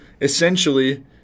essentially